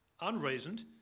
unreasoned